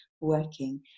working